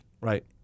Right